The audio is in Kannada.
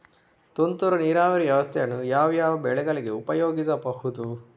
ತುಂತುರು ನೀರಾವರಿ ವ್ಯವಸ್ಥೆಯನ್ನು ಯಾವ್ಯಾವ ಬೆಳೆಗಳಿಗೆ ಉಪಯೋಗಿಸಬಹುದು?